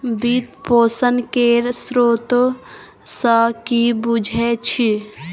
वित्त पोषण केर स्रोत सँ कि बुझै छी